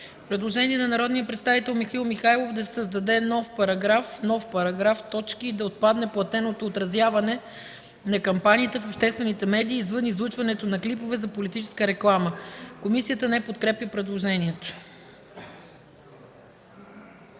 Предложение на народния представител Михаил Михайлов – да се създаде нов параграф: ”§… Да отпадне платеното отразяване на кампанията в обществените медии, извън излъчването на клипове за политическа реклама.” Комисията не подкрепя предложението.